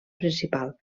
principal